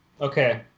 Okay